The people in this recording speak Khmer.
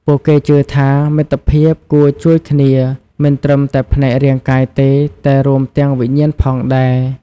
ពួកគេជឿថា មិត្តភាពគួរជួយគ្នាមិនត្រឹមតែផ្នែករាងកាយទេ តែរួមទាំងវិញ្ញាណផងដែរ។